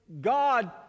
God